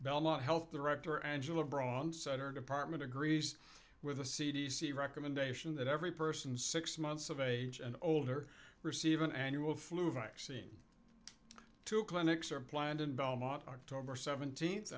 belmont health director angela braun said her department agrees with the c d c recommendation that every person six months of age and older receive an annual flu vaccine two clinics are planned in belmont october seventeenth